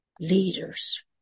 leaders